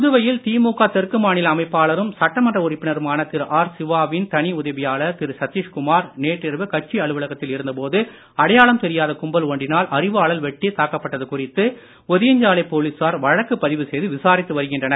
புதுவையில் திமுக தெற்கு மாநில அமைப்பாளரும் சட்டமன்ற உறுப்பினருமான திரு ஆர் சிவாவின் தனி உதவியாளர் திரு சதீஷ் குமார் நேற்றிரவு கட்சி அலுவலகத்தில் இருந்த போது அடையாளம் தெரியாத கும்பல் ஒன்றினால் அரிவாளால் வெட்டி தாக்கப்பட்டது குறித்து ஒதியஞ்சாலை போலீசார் வழக்கு பதிவு செய்து விசாரித்து வருகின்றனர்